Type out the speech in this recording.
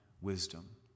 wisdom